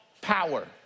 power